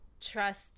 trust